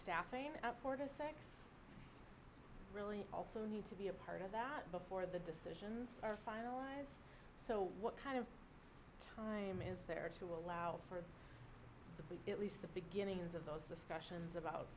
to sex really also need to be a part of that before the decisions are finalized so what kind of time is there to allow her to be at least the beginnings of those discussions about